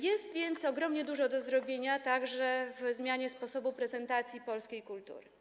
Jest więc ogromnie dużo do zrobienia, także w zakresie zmiany sposobu prezentacji polskiej kultury.